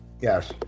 Yes